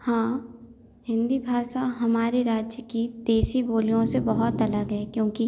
हाँ हिंदी भाषा हमारे राज्य की देशी बोलियों से बहुत अलग है क्योंकि